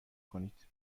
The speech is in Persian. کنید